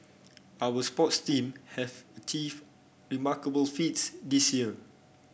our sports team have achieved remarkable feats this year